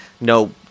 no